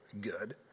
good